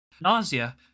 Nausea